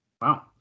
Wow